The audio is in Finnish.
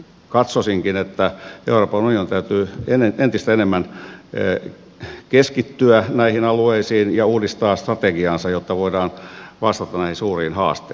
katsoisinkin että euroopan unionin täytyy entistä enemmän keskittyä näihin alueisiin ja uudistaa strategiaansa jotta voidaan vastata näihin suuriin haasteisiin